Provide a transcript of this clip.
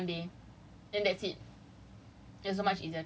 uh like you belajar for certain period of time and then you just do exam for one day